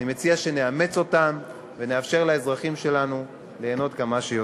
אני מציע שנאמץ אותן ונאפשר לאזרחים שלנו ליהנות כמה שיותר.